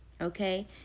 Okay